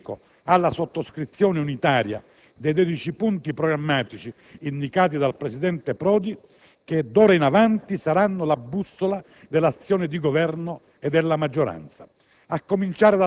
Mi riferisco alla sottoscrizione unitaria dei dodici punti programmatici indicati dal presidente Romano Prodi, che d'ora in avanti saranno la bussola dell'azione di Governo e della maggioranza,